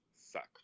Suck